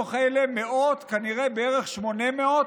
מתוך אלה מאות, כנראה בערך 800,